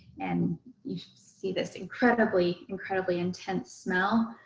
and you see this incredibly, incredibly intense smell.